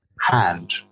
hand